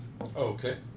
Okay